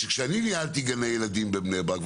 שכאשר אני ניהלתי גני ילדים בבני ברק,